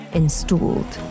installed